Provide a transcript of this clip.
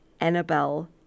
Annabelle